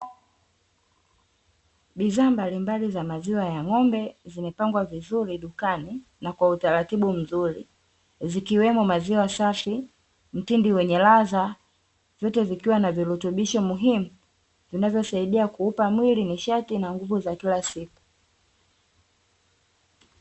Bidhaa mbalimbali za maziwa ya ng’ombe zimepangwa vizuri dukani na kwa utaratibu mzuri. Zikiwemo maziwa safi, mtindi wenye ladha vyote vikiwa na virutubisho muhimu vinavyosaidia kuupa mwili nishati na nguvu za kila siku.